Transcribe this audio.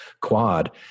quad